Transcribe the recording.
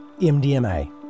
MDMA